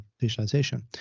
visualization